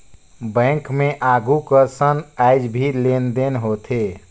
bank मे आघु कसन आयज भी लेन देन होथे